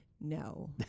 no